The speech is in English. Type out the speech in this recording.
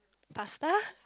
pasta